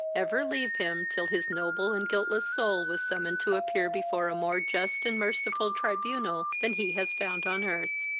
ever leave him till his noble and guiltless soul was summoned to appear before a more just and merciful tribunal than he has found on earth.